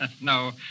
no